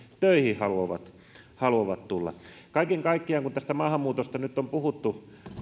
töihin haluavat tulla kaiken kaikkiaan kun tästä maahanmuutosta nyt on puhuttu